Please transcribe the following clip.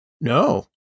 No